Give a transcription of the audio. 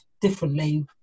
differently